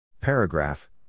Paragraph –